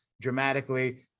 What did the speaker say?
dramatically